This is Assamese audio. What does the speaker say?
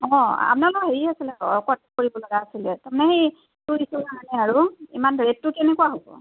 অঁ আপোনালোকৰ হেৰি আছিলে কথা সুধিব লগা আছিলে তাৰমানে সেই কাৰণে আৰু ইমান ৰেটটো কেনেকুৱা হ'ব